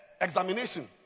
examination